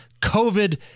COVID